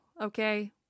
okay